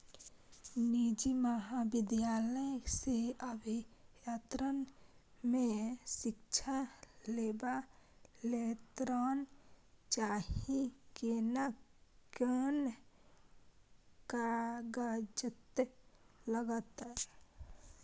निजी महाविद्यालय से अभियंत्रण मे शिक्षा लेबा ले ऋण चाही केना कोन कागजात लागतै?